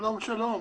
שלום שלום.